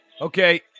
Okay